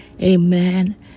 Amen